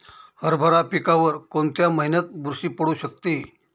हरभरा पिकावर कोणत्या महिन्यात बुरशी पडू शकते?